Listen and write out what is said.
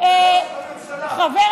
ראש הממשלה שהבטיח,